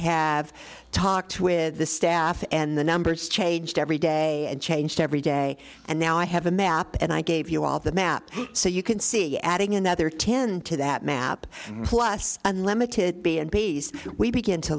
have talked with the staff and the numbers changed every day and changed every day and now i have a map and i gave you all the map so you can see adding another ten to that map plus unlimited b and b s we begin to